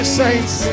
saints